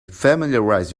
familiarize